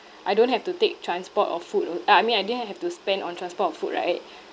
I don't have to take transport or food or uh I mean I didn't have to spend on transport or food right